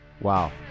Wow